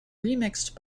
remixed